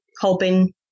hoping